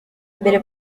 mbere